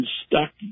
stuck